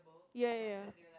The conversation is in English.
ya ya ya